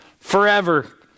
forever